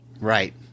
right